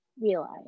realize